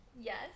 Yes